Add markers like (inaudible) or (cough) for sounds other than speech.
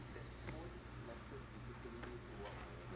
(breath)